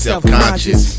Self-conscious